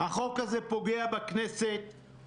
אבל בשביל להתחתן הם צריכים כרטיס טיסה